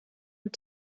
und